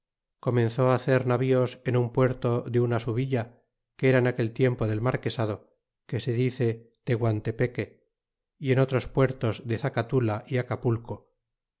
comenzó hacer navíos en un puerto de una su villa que era en aquel tiempo del marquesado que se dice teguantepeque y en otros puertos de zacatula